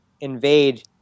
invade